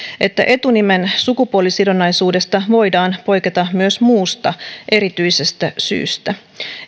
että etunimen sukupuolisidonnaisuudesta voidaan poiketa myös muusta erityisestä syystä